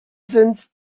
strange